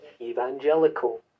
Evangelical